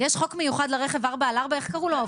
מה יש לו חוק מיוחד ל"ארבע על ארבע" איך קראו לו?